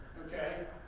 okay?